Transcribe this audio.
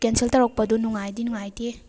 cancel ꯇꯧꯔꯛꯄꯗꯣ ꯅꯨꯡꯉꯥꯏꯗꯤ ꯅꯨꯡꯉꯥꯏꯇꯦ